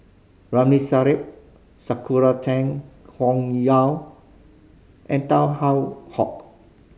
Ramli Sarip Sakura Teng and Tan How Hock